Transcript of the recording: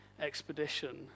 expedition